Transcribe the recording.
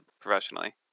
professionally